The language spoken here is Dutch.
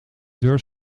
deur